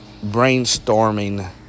brainstorming